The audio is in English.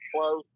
close